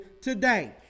today